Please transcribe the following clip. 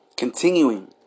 Continuing